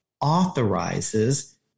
authorizes